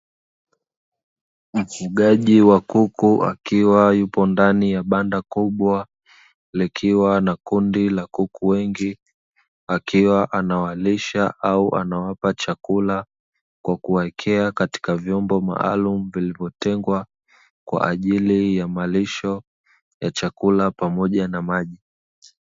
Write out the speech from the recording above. Mfugaji wa kuku akiwa yupo ndani ya banda kubwa, likiwa na kundi la kuku wengi akiwa anawalisha au anawapa chakula, kwa kuwekea katika vyombo maalumu vilivyo tengwa kwajili ya malisho ya chakula pamoja na maji.